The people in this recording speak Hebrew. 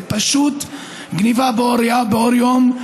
זה פשוט גנבה לאור היום.